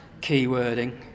keywording